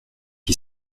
qui